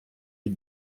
від